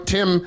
Tim